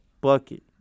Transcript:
Bucket